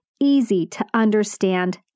easy-to-understand